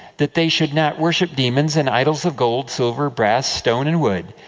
that they should not worship demons, and idols of gold, silver, brass, stone, and wood,